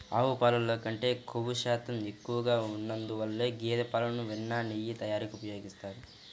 ఆవు పాలల్లో కంటే క్రొవ్వు శాతం ఎక్కువగా ఉన్నందువల్ల గేదె పాలను వెన్న, నెయ్యి తయారీకి ఉపయోగిస్తారు